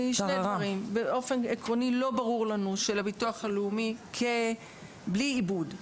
באופן עקרוני לא ברור לנו שלביטוח הלאומי בלי עיבוד,